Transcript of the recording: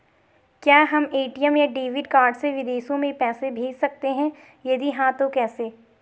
क्या हम ए.टी.एम या डेबिट कार्ड से विदेशों में पैसे भेज सकते हैं यदि हाँ तो कैसे?